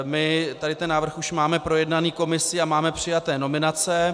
My tady tento návrh už máme projednaný komisí a máme přijaté nominace.